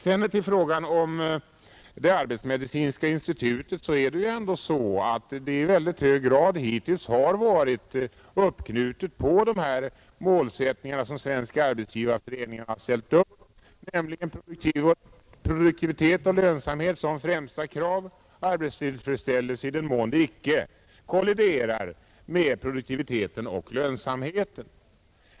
Beträffande frågan om arbetsmedicinska institutet gäller att det ändå i väldigt hög grad hittills har varit uppknutet kring de målsättningar som Svenska arbetsgivareföreningen ställt upp med produktivitet och lönsamhet som främsta krav och därefter arbetstillfredsställelse i den mån det icke kolliderar med produktiviteten och lönsamheten.